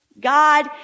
God